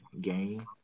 game